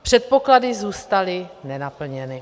Předpoklady zůstaly nenaplněny.